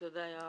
תודה יואב.